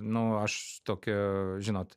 nu aš tokia žinot